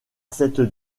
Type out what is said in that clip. cette